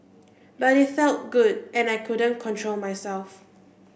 but it felt good and I couldn't control myself